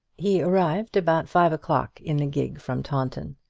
he arrived about five o'clock in a gig from taunton.